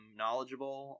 knowledgeable